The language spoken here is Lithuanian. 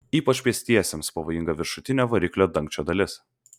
ypač pėstiesiems pavojinga viršutinio variklio dangčio dalis